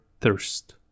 thirst